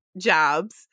jobs